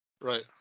Right